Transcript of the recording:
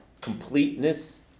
completeness